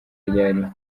ryari